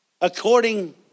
According